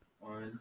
One